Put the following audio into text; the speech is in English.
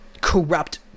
corrupt